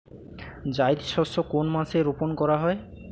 জায়িদ শস্য কোন মাসে রোপণ করা হয়?